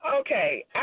Okay